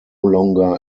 longer